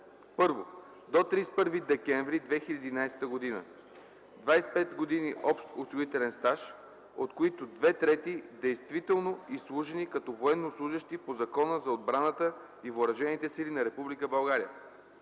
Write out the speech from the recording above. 1. до 31 декември 2011 г. – 25 години общ осигурителен стаж, от които две трети действително изслужени като военнослужещи по Закона за отбраната и въоръжените сили на